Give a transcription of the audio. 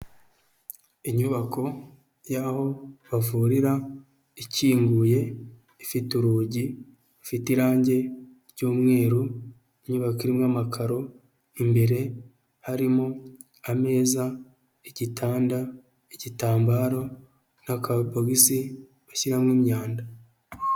Inyubako y'aho bavurira ikinguye, ifite urugi, ifite irangi ry'umweru, inyubako irimo amakaro, imbere harimo ameza, igitanda, igitambaro n'akabogisi bashyiramo imyanda.